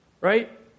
Right